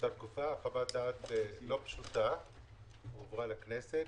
באותה תקופה חוות דעת לא פשוטה הועברה לכנסת.